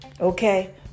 okay